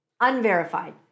Unverified